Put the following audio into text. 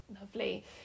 Lovely